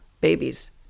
babies